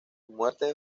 muerte